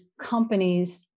companies